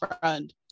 friend